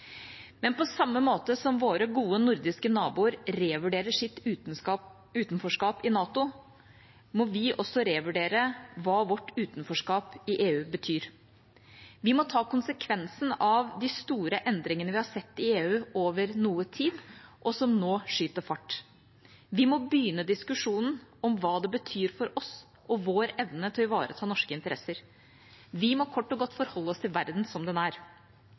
Men på samme måte som våre gode nordiske naboer revurderer sitt utenforskap i NATO, må vi også revurdere hva vårt utenforskap i EU betyr. Vi må ta konsekvensen av de store endringene vi har sett i EU over noe tid, og som nå skyter fart. Vi må begynne diskusjonen om hva det betyr for oss og vår evne til å ivareta norske interesser. Vi må kort og godt forholde oss til verden som den er.